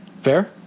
Fair